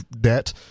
debt